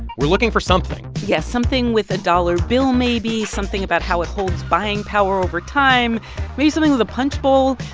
we're looking for something yeah, something with a dollar bill maybe, something about how it holds buying power over time maybe something with a punch bowl.